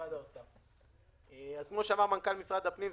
כפי שאמר מנכ"ל משרד הפנים,